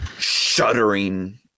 shuddering